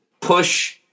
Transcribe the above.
push